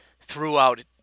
throughout